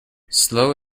slow